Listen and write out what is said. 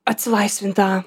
atsilaisvint tą